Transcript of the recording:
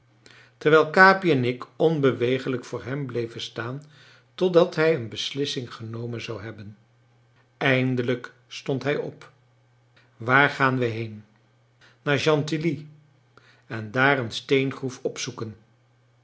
terwijl capi en ik onbeweeglijk voor hem bleven staan totdat hij een beslissing genomen zou hebben eindelijk stond hij op waar gaan wij heen naar gentilly en daar een steengroef opzoeken